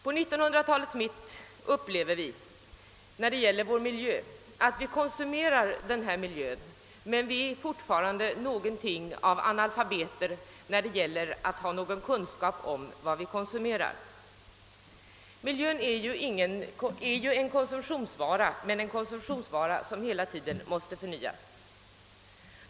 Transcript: På 1900-talets mitt upplever vi att vi konsumerar vår miljö men fortfarande är någonting av analfabeter när det gäller att känna till vad vi konsumerar. Miljön är en konsumtionsvara som hela tiden måste förnyas.